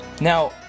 Now